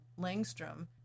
Langstrom